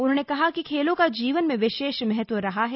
उन्होंने कहा कि खेलों का जीवन में विशेष महत्व रहा है